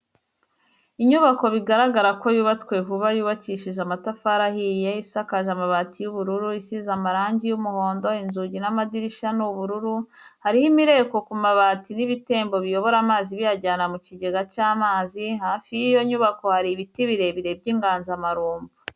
Inyubako bigaragara ko yubatswe vuba yubakishije amatafari ahiye, isakaje amabati y'ubururu, isize amarangi y'umuhondo, inzugi n'amadirishya ni ubururu, hariho imireko ku mabati n'ibitembo biyobora amazi biyajyana mu kigega cy'amazi, hafi y'iyo nyubako hari ibiti birebire by'inganzamarumbo.